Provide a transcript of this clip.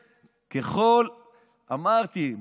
אמרתי,